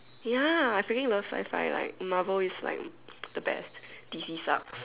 ya I freaking love sci-fi like Marvel is like the best D_C sucks